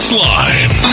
Slime